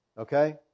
Okay